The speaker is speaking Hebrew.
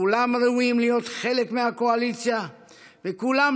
כולם ראויים להיות חלק מהקואליציה וכולם